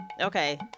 okay